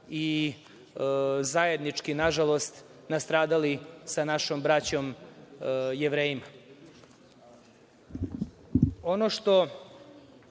i zajednički, na žalost, nastradali sa našom braćom Jevrejima. Ono